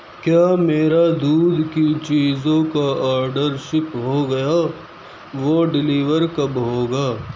کیا میرا دودھ کی چیزوں کا آڈر شپ ہو گیا وہ ڈیلیور کب ہوگا